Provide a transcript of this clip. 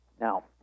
Now